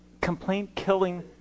complaint-killing